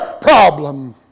problem